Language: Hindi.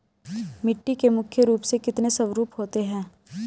मिट्टी के मुख्य रूप से कितने स्वरूप होते हैं?